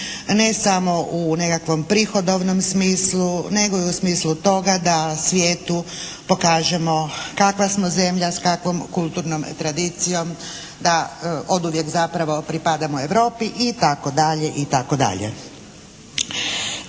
ne samo u nekakvom prihodovnom smislu nego i u smislu toga da svijetu pokažemo kakva smo zemlja s kakvom kulturnom tradicijom, da oduvijek zapravo pripadamo Europi itd. E sada, kada je